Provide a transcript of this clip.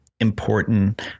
important